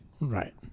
Right